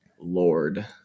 Lord